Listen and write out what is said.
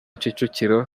kicukiro